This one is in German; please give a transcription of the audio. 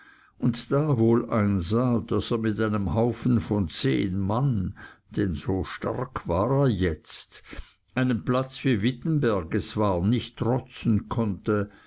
und da er wohl einsah daß er mit einem haufen von zehn mann denn so stark war er jetzt einem platz wie wittenberg war nicht trotzen konnte